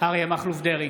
אריה מכלוף דרעי,